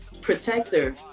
protector